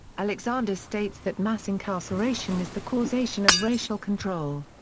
alexander states that mass incarceration is the causation of racial control.